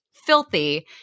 filthy